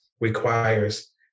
requires